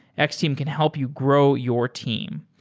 x-team can help you grow your team.